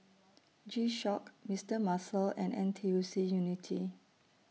G Shock Mister Muscle and N T U C Unity